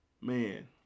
Man